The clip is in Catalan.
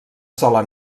sola